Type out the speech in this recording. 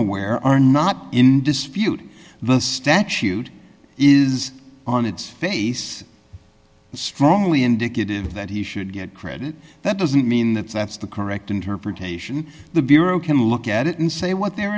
aware are not in dispute the statute is on it's face strongly indicative that he should get credit that doesn't mean that that's the correct interpretation the bureau can look at it and say what their